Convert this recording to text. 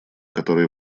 которые